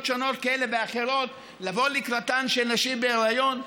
שונות כאלה ואחרות לבוא לקראתן של נשים בהיריון,